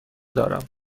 دارم